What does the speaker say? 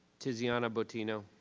tiziana boutino.